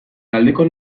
taldeko